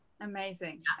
Amazing